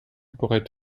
pourrait